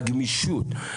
הגמישות,